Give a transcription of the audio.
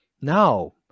Now